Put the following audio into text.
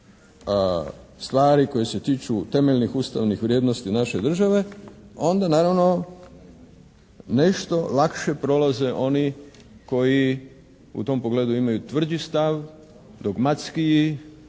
stvari koje se tiču temeljnih ustavnih vrijednosti naše države onda naravno nešto lakše prolaze oni koji u tom pogledu imaju tvrđi stav, dogmatskiji